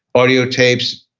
audio tapes,